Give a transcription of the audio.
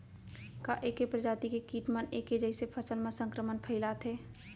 का ऐके प्रजाति के किट मन ऐके जइसे फसल म संक्रमण फइलाथें?